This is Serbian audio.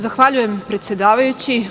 Zahvaljujem predsedavajući.